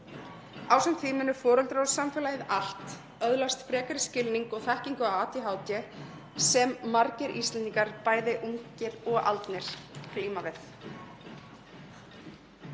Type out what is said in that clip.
Ásamt því munu foreldrar og samfélagið allt öðlast frekari skilning og þekkingu á ADHD, sem margir Íslendingar, bæði ungir og aldnir,